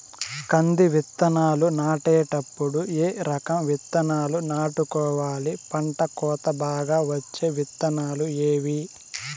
కంది విత్తనాలు నాటేటప్పుడు ఏ రకం విత్తనాలు నాటుకోవాలి, పంట కోత బాగా వచ్చే విత్తనాలు ఏవీ?